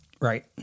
Right